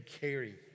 carry